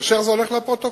כאשר זה הולך לפרוטוקול,